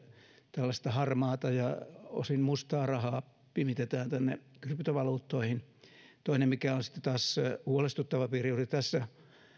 tällaista harmaata ja osin mustaa rahaa pimitetään kryptovaluuttoihin toinen mikä on sitten taas huolestuttava piirre juuri tässä